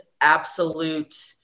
absolute